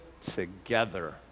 together